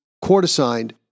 court-assigned